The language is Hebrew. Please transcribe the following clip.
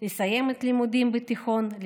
לסיים את הלימודים בתיכון,